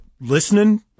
listening